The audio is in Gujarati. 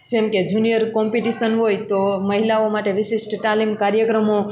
જેમકે જુનિયર કોમ્પિટિશન હોય તો મહિલાઓ માટે વિશિષ્ટ તાલીમ કાર્યક્રમો